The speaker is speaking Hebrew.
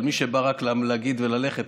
אבל מי שבא רק להגיד וללכת,